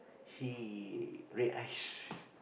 he red eyes